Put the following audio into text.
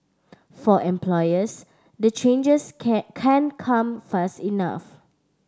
for employers the changes can can't come fast enough